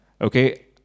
Okay